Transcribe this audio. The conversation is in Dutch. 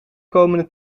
komende